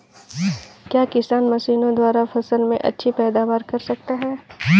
क्या किसान मशीनों द्वारा फसल में अच्छी पैदावार कर सकता है?